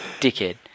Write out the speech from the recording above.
Dickhead